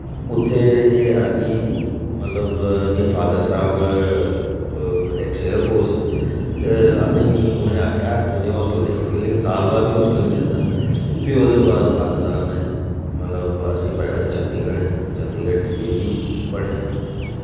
उत्थै एह् हा क मतलब जि'यां फादर साह्ब एक्स एयर फोर्स हे ते असेंई उ'नें आखेआ अस तुसें होस्टल देई ओड़गे लेकिन साल बाद बी होस्टल निं दित्ता फ्ही ओह्दे बाद फादर साहब नै मतलब असें पाई ओड़ेआ Chandigarh Chandigarh D A V पढ़े